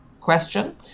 question